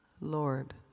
Lord